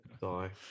die